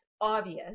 obvious